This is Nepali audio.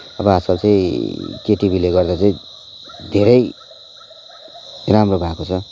अब आजकल चाहिँ केटिभीले गर्दा चाहिँ धेरै राम्रो भएको छ